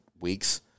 weeks